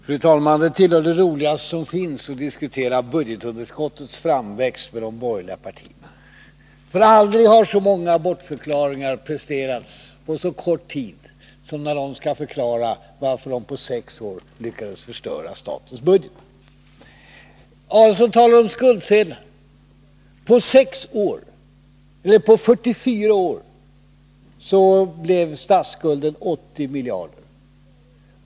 Fru talman! Det tillhör det roligaste som finns att med de borgerliga partierna diskutera budgetunderskottets framväxt. Aldrig har så många bortförklaringar presterats på så kort tid som när de skall förklara varför de på sex år lyckades förstöra statens budget. Ulf Adelsohn talar om skuldsedlar. På 44 år blev statsskulden 80 miljarder kronor.